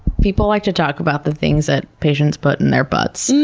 people like to talk about the things that patients put in their butts.